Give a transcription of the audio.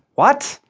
what?